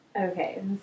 Okay